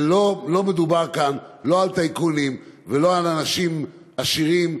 לא מדובר כאן לא על טייקונים ולא על אנשים עשירים,